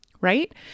right